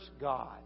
God